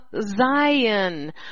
Zion